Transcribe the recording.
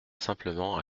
simplement